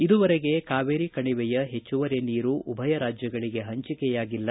ಇದುವರೆಗೆ ಕಾವೇರಿ ಕಣಿವೆಯ ಹೆಚ್ಚುವರಿ ನೀರು ಉಭಯ ರಾಜ್ಯಗಳಿಗೆ ಪಂಚಿಕೆಯಾಗಿಲ್ಲ